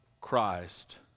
Christ